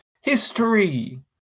History